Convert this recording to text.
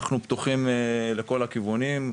אנחנו פתוחים לכל הכיוונים.